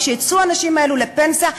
כשיצאו האנשים האלה לפנסיה,